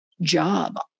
job